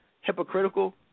hypocritical